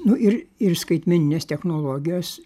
nu ir ir skaitmeninės technologijos